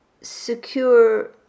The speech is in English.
secure